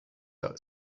out